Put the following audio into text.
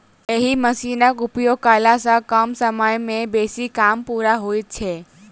एहि मशीनक उपयोग कयला सॅ कम समय मे बेसी काम पूरा होइत छै